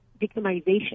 victimization